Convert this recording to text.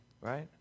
right